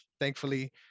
Thankfully